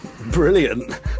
Brilliant